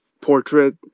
portrait